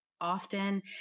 often